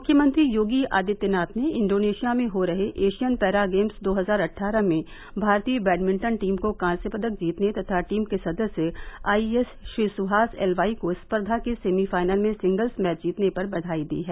मुख्यमंत्री योगी आदित्यनाथ ने इंडोनेश्या में हो रहे एशियन पैरा गेम्स दो हजार अट्ठारह में भारतीय बैडमिंटन टीम को कांस्य पदक जीतने तथा टीम के सदस्य आईएएस श्री सुहास एलवाईको स्पर्धा के सेमीफाइनल में सिंगल्स मैच जीतने पर बधाई दी है